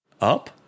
Up